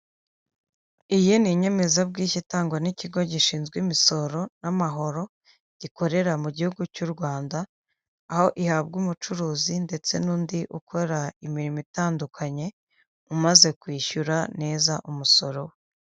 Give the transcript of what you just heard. Iyi ni inyemezabwishyu itangwa n'ikigo gishinzwe imisoro n'amahoro gikorera mu gihugu cy'uRwanda aho ihabwa umucuruzi ndetse n'undi ukora imirimo itandukanye umaze kwishyura neza umusoro we.